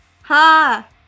Ha